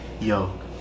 yo